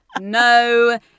No